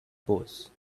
pose